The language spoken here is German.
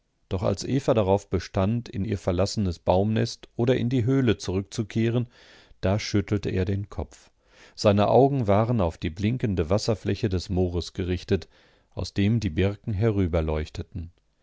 doch als eva darauf bestand in ihr verlassenes baumnest oder in die höhle zurückzukehren da schüttelte er den kopf seine augen waren auf die blinkende wasserfläche des moores gerichtet aus dem die birken